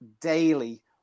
daily